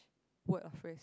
word or phrase